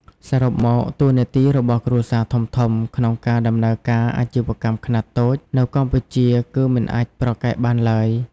សរុបមក តួនាទីរបស់គ្រួសារធំៗក្នុងការដំណើរការអាជីវកម្មខ្នាតតូចនៅកម្ពុជាគឺមិនអាចប្រកែកបានឡើយ។